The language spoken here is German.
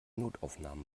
notaufnahmen